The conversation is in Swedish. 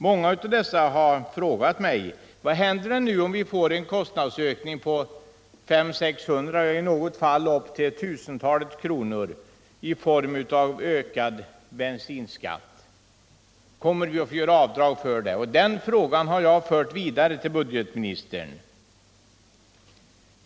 Många av dessa har frågat mig: Vad händer nu om vi får en kostnadsökning på 500-600 kr., i något fall upp till I 000 kr., genom ökad bensinskatt? Kommer vi att få göra avdrag för det? Den frågan har jag fört vidare till budgetministern.